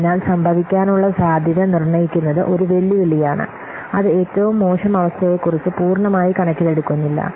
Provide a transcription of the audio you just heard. അതിനാൽ സംഭവിക്കാനുള്ള സാധ്യത നിർണ്ണയിക്കുന്നത് ഒരു വെല്ലുവിളിയാണ് അത് ഏറ്റവും മോശം അവസ്ഥയെക്കുറിച്ച് പൂർണ്ണമായി കണക്കിലെടുക്കുന്നില്ല